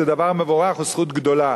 זה דבר מבורך וזכות גדולה.